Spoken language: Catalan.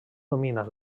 domina